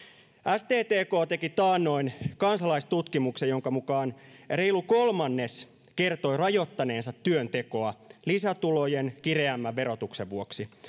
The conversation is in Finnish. sttk teki taannoin kansalaistutkimuksen jonka mukaan reilu kolmannes kertoi rajoittaneensa työntekoa lisätulojen kireämmän verotuksen vuoksi